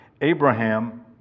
Abraham